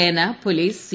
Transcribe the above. സേന police C